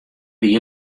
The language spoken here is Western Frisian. wie